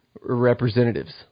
representatives